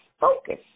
focus